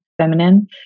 feminine